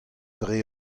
dre